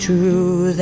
true